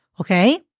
okay